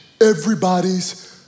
everybody's